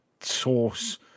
source